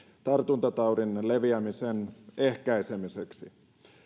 tartuntataudin leviämisen ehkäisemiseksi